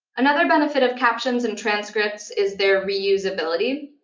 another benefit of captions and transcripts is their reusability.